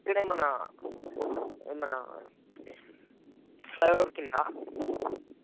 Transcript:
ఇక్కడే మన మన ఫ్లైఓవర్ క్రింద